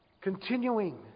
Continuing